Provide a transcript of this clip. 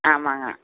ஆமாங்க